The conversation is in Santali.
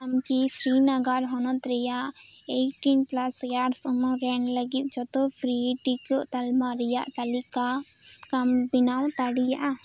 ᱟᱢ ᱠᱤ ᱥᱨᱤᱱᱚᱜᱚᱨ ᱦᱚᱱᱚᱛ ᱨᱮᱱᱟᱜ ᱤᱭᱤᱴᱴᱤᱱ ᱯᱞᱟᱥ ᱤᱭᱟᱨᱥ ᱩᱢᱮᱨ ᱨᱮᱱ ᱞᱟᱹᱜᱤᱫ ᱡᱷᱚᱛᱚ ᱯᱷᱨᱤ ᱴᱤᱠᱟᱹ ᱛᱟᱞᱢᱟ ᱨᱮᱱᱟᱜ ᱛᱟᱞᱤᱠᱟᱢ ᱵᱮᱱᱟᱣ ᱫᱟᱲᱮᱭᱟᱜᱼᱟ